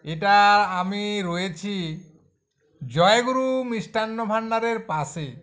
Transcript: এটা আমি রয়েছি জয়গুরু মিষ্টান্ন ভান্ডারের পাশে